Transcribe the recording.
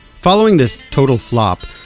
following this total flop,